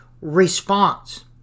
response